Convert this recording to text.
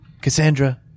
Cassandra